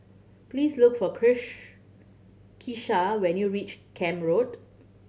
please look for Kisha when you reach Camp Road